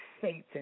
Satan